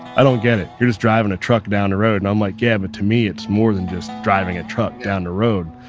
i don't get it. you're just driving a truck down the road. and i'm like, yeah, but to me, it's more than just driving a truck down the road,